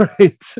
right